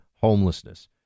homelessness